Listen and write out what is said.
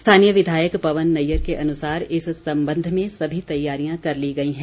स्थानीय विधायक पवन नैयर के अनुसार इस संबंध में सभी तैयारियां कर ली गई हैं